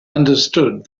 understood